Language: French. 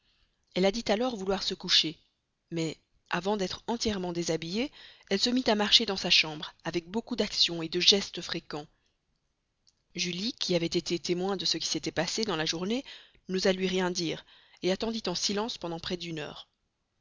elle a dit alors vouloir se coucher mais avant d'être entièrement déshabillée elle se mit à marcher dans sa chambre avec beaucoup d'actions des gestes fréquents julie qui avait été témoin de ce qui s'était passé dans la journée n'osa lui rien dire attendit en silence pendant près d'une heure